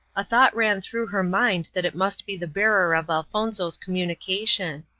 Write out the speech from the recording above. a thought ran through her mind that it must be the bearer of elfonzo's communication.